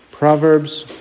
Proverbs